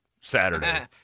Saturday